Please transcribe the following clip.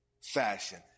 fashion